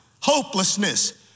hopelessness